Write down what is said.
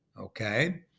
okay